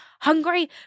hungry